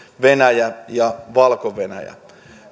venäjä ja valko venäjä